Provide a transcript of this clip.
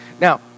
Now